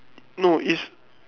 no is